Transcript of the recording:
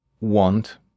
want